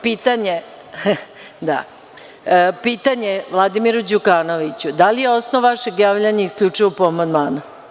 Pitanje Vladimiru Đukanoviću – da li je osnov vašeg javljanja isključivo po amandmanu?